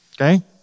Okay